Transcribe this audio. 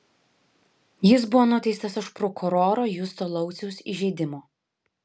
jis buvo nuteistas už prokuroro justo lauciaus įžeidimo